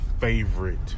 favorite